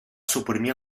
suprimir